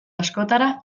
askotara